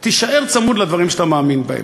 תישאר צמוד לדברים שאתה מאמין בהם.